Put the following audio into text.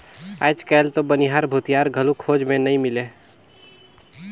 आयज कायल तो बनिहार, भूथियार घलो खोज मे नइ मिलें